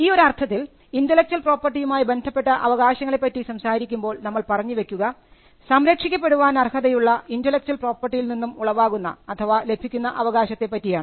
ഈ ഒരു അർത്ഥത്തിൽ ഇന്റെലക്ച്വൽ പ്രോപ്പർട്ടി യുമായി ബന്ധപ്പെട്ട അവകാശങ്ങളെപ്പറ്റി പറ്റി സംസാരിക്കുമ്പോൾ നമ്മൾ പറഞ്ഞു വെക്കുക സംരക്ഷിക്കപ്പെടാൻ അർഹതയുള്ള intellectual property യിൽ നിന്നും ഉളവാകുന്ന അഥവാ ലഭിക്കുന്ന അവകാശത്തെ പറ്റിയാണ്